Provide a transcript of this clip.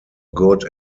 good